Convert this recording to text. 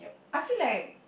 I feel like